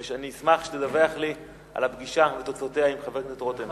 ואני אשמח שתדווח לי על הפגישה עם חבר הכנסת רותם ותוצאותיה.